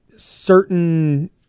certain